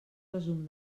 resum